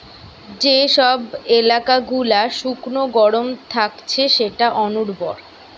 যে সব এলাকা গুলা শুকনো গরম থাকছে সেটা অনুর্বর